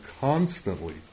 constantly